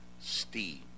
steam